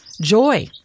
joy